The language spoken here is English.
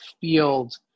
field